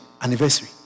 anniversary